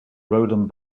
roland